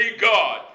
God